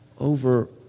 Over